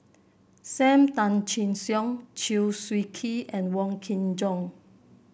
Sam Tan Chin Siong Chew Swee Kee and Wong Kin Jong